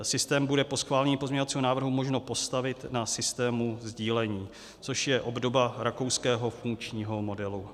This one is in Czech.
Systém bude po schválení pozměňovacího návrhu možno postavit na systému sdílení, což je obdoba rakouského funkčního modelu.